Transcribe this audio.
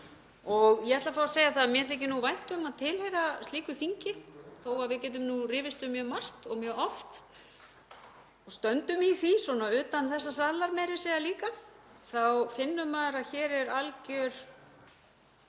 Ég ætla að fá að segja það að mér þykir vænt um að tilheyra slíku þingi. Þó að við getum nú rifist um mjög margt og mjög oft og stöndum í því svona utan þessa salar meira að segja líka þá finnur maður að hér er algjör